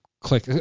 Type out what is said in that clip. click